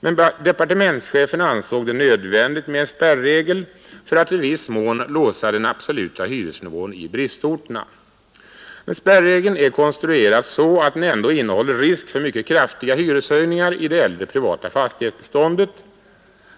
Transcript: Men departementschefen ansåg det nödvändigt med en spärregel för att i viss mån låsa den absoluta hyresnivån i bristorterna. Spärregeln är konstruerad så att den ändå innehåller risk för mycket kraftiga hyreshöjningar i det äldre privata fastighetsbeståndet